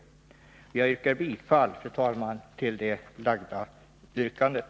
Jag yrkar, fru talman, bifall till det framställda yrkandet.